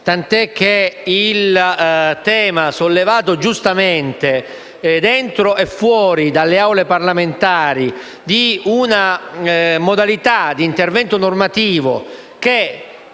infatti, il tema - sollevato giustamente dentro e fuori dalle Assemblee parlamentari - di una modalità di intervento normativo che